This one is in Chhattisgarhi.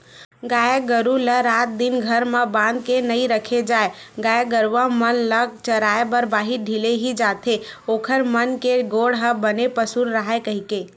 गाय गरु ल रात दिन घर म बांध के नइ रखे जाय गाय गरुवा मन ल चराए बर बाहिर ढिले ही जाथे ओखर मन के गोड़ ह बने पसुल राहय कहिके